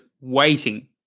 waiting